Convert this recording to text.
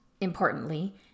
importantly